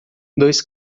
dois